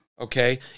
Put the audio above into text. Okay